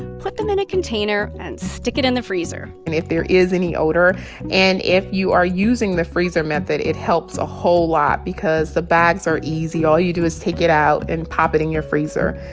put them in a container and stick it in the freezer and if there is any odor and if you are using the freezer method, it helps a whole lot because the bags are easy. all you do is take it out and pop it in your freezer,